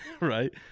right